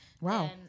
Wow